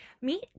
meet